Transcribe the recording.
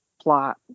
plot